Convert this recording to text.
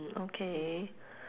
okay